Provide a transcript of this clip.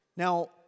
Now